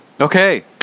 Okay